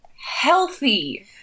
Healthy